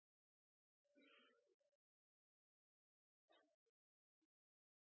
en